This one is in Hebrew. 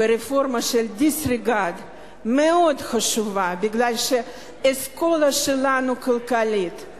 והרפורמה של disregard היא מאוד חשובה מפני שהאסכולה הכלכלית שלנו,